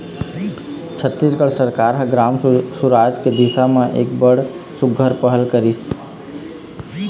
छत्तीसगढ़ सरकार ह ग्राम सुराज के दिसा म एक बड़ सुग्घर पहल करिस